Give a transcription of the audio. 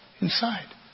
inside